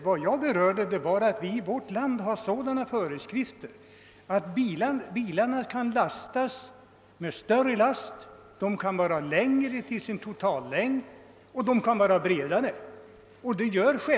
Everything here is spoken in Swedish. Vad jag talade om var att vi i vårt land har sådana föreskrifter att bilarna kan lastas tyngre, att de kan ha större totallängd och att de även kan vara bredare än som är tillåtet i andra länder.